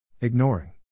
Ignoring